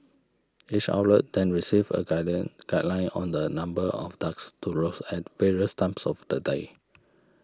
each outlet then receives a garden guideline on the number of ducks to roast at various times of the day